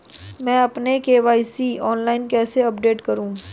मैं अपना KYC online कैसे अपडेट करूँ?